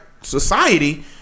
society